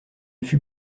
fut